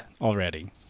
already